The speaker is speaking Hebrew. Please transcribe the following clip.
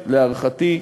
להערכתי,